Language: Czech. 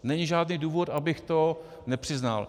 Není žádný důvod, abych to nepřiznal.